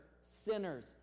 sinners